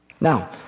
Now